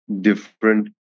different